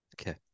Okay